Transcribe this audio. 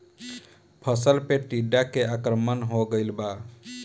फसल पे टीडा के आक्रमण हो गइल बा?